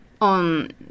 on